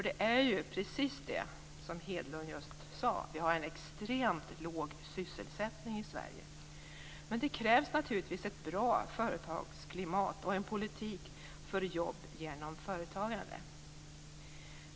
Det är ju så, som Carl Erik Hedlund sade, att vi har en extremt låg sysselsättning i Sverige. Men det krävs naturligtvis ett bra företagsklimat och en politik för jobb genom företagande.